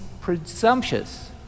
presumptuous